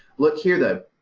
look here, though.